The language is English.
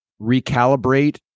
recalibrate